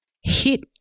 hit